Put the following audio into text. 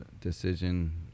decision